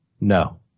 No